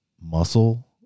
muscle